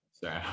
Sorry